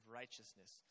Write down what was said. righteousness